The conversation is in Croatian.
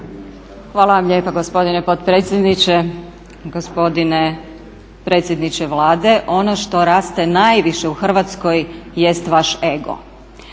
Hvala vam lijepo gospodine potpredsjedniče. Gospodine predsjedniče Vlade, ono što raste najviše u Hrvatskoj jest vaš ego.